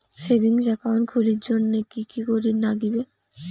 Savings account খুলির জন্যে কি কি করির নাগিবে?